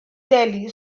delhi